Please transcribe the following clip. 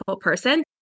person